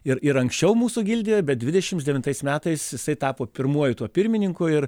ir ir anksčiau mūsų gildijoje bet dvidešims devintais metais jisai tapo pirmuoju tuo pirmininku ir